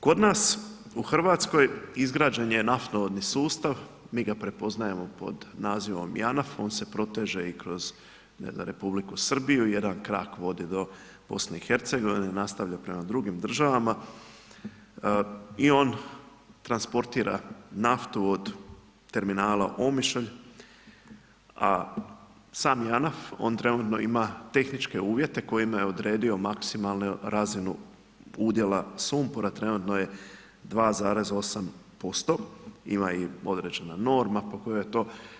Kod nas u RH izgrađen je naftovodni sustav, mi ga prepoznajemo pod nazivom JANAF, on se proteže i kroz … [[Govornik se ne razumije]] Republiku Srbiju, jedan krak vodi do BiH, nastavlja prema drugim državama i on transportira naftu od terminala Omišalj, a sam JANAF, on trenutno ima tehničke uvjete kojima je odredio maksimalnu razinu udjela sumpora, trenutno je 2,8%, ima i određena norma po kojoj je to.